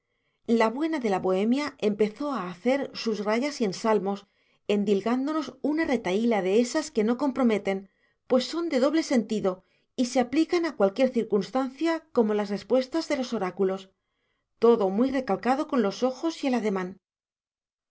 la buena de la bohemia empezó a hacer sus rayas y ensalmos endilgándonos una retahíla de esas que no comprometen pues son de doble sentido y se aplican a cualquier circunstancia como las respuestas de los oráculos todo muy recalcado con los ojos y el ademán